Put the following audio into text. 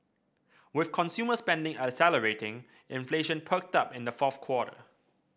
with consumer spending accelerating inflation perked up in the fourth quarter